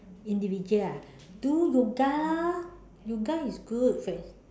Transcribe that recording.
individual ah do yoga lah yoga is good